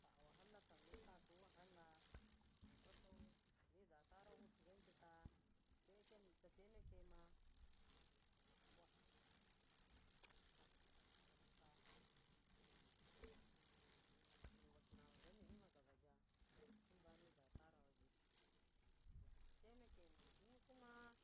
Wall kanmusa su wakaha batau mida tarawu sit gantika ghinsi ta sa, a midma nasuwll ghisidi tsama sa. a mi wasina ma ba mina da baja hamba da midata row ajika ghinsi ditaumakma mukuma